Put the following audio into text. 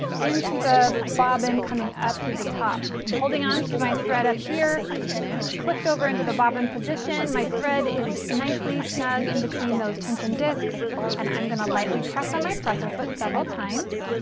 into the bobbin coming up through the top i'm holding on to my thread up here it's clicked over into the bobbin position my thread is nicely snug in between those tension discs and i'm gonna lightly press on my pedal but several times